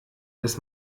das